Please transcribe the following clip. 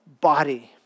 body